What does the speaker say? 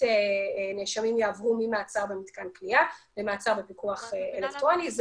נאשמים יעברו ממעצר במתקן כליאה למעצר בפיקוח אלקטרוני.